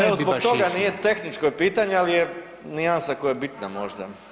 Al, evo zbog toga nije, tehničko je pitanje, ali je nijansa koja je bitna možda.